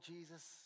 Jesus